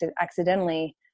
accidentally